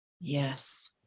Yes